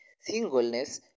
Singleness